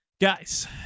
guys